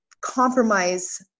compromise